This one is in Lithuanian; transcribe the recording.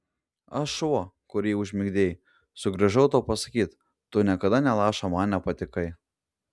aš šuo kurį užmigdei sugrįžau tau pasakyti tu niekada nė lašo man nepatikai